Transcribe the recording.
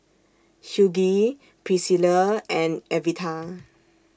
Hughey Pricilla and Evita